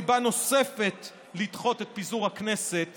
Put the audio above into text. סיבה נוספת לדחות את פיזור הכנסת